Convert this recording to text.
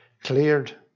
cleared